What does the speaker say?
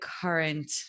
current